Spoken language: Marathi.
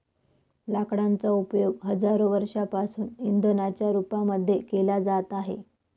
लाकडांचा उपयोग हजारो वर्षांपासून इंधनाच्या रूपामध्ये केला जात आहे